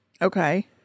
okay